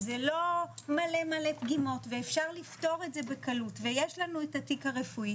זה לא מלא פגימות ואפשר לפתור את זה בקלות ויש לנו את התיק הרפואי